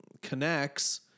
connects